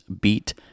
beat